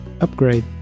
upgrade